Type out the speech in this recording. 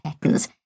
patterns